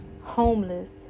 homeless